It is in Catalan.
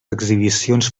exhibicions